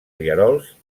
rierols